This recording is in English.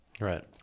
right